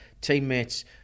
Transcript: teammates